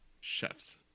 Chef's